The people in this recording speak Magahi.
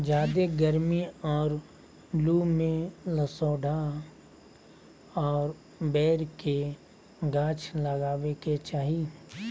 ज्यादे गरमी और लू में लसोड़ा और बैर के गाछ लगावे के चाही